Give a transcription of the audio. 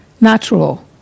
natural